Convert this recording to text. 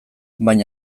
baina